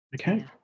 Okay